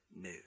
new